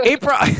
April